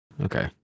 Okay